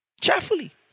cheerfully